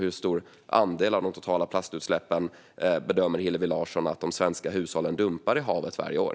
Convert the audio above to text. Hur stor andel av de totala plastutsläppen bedömer Hillevi Larsson att de svenska hushållen dumpar i havet varje år?